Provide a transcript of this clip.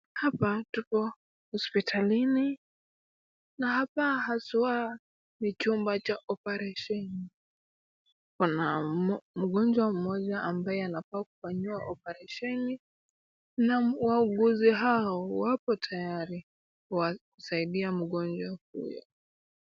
Hapa tuko hospitalini na hapa haswa ni chumba cha oparesheni. Pana mgonjwa mmoja ambaye anafaa kufanyiwa oparesheni na wauguzi hao wapo tayari kwa kusaidia mgonjwa huyo.